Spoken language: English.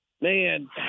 Man